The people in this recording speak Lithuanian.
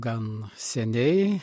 gan seniai